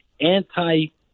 anti